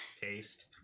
taste